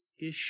issue